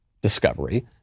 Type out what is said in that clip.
discovery